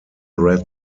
red